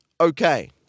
okay